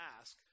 ask